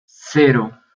cero